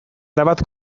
erabat